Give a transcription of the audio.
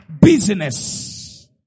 Business